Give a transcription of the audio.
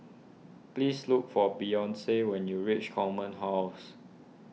please look for Beyonce when you reach Command House